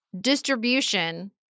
distribution